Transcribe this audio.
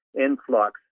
influx